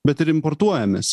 bet ir importuojamės